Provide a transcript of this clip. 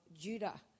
Judah